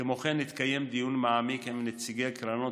כמו כן התקיים דיון מעמיק עם נציגי קרנות